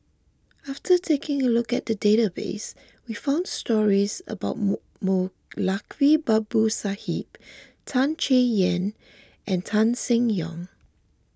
after taking a look at the database we found stories about Moulavi Babu Sahib Tan Chay Yan and Tan Seng Yong